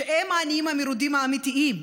שהם העניים המרודים האמיתיים,